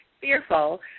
fearful